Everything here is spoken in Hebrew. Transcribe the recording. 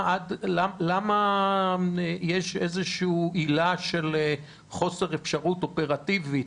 למה יש איזוהי עילה של חוסר אפשרות אופרטיבית?